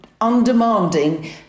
undemanding